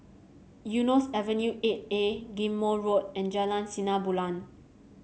Eunos Avenue Eight A Ghim Moh Road and Jalan Sinar Bulan